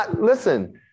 listen